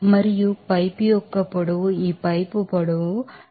మరియు పైపు యొక్క పొడవు ఈ పైపు పొడవుగా సెకనుకు 0